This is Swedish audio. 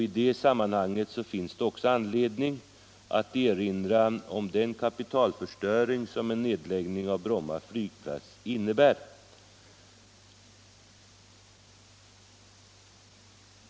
I detta sammanhang finns det också anledning att erinra om den kapitalförstöring som en nedläggning av Bromma flygplats innebär.